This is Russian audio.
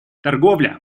торговля